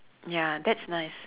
ya that's nice